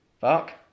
fuck